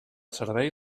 servei